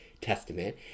testament